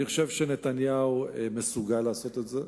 אני חושב שנתניהו מסוגל לעשות את זה,